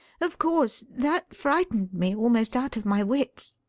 of course that frightened me almost out of my wits.